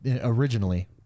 originally